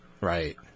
Right